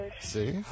See